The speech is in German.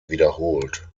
wiederholt